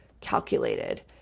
calculated